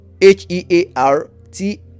h-e-a-r-t